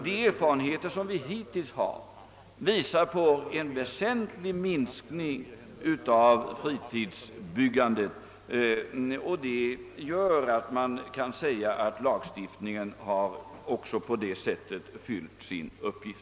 De erfarenheter vi hittills gjort pekar emellertid på en väsentlig minskning av fritidsbyggandet. Därför kan man säga att lagstiftningen har fyllt sin uppgift också på det området.